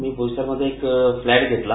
मी भोईसरमध्येच फ्लॅट घेतला